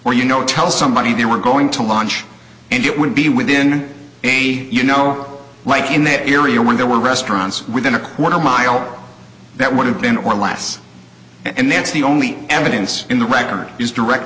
or you know tell somebody they were going to launch and it would be within a you know like in that area when there were restaurants within a quarter mile that would have been or less and that's the only evidence in the record is direct